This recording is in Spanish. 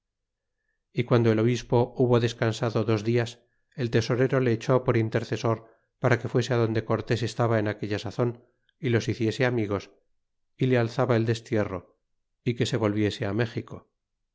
y guando el obispo hubo descansado dos dias el tesorero le eché por intercesor para que fuese donde cortés estaba en aquella sazon y los hiciese amigos é le alzaba el destierro y que se volviese á méxico